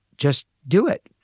just do it.